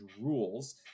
rules